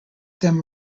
them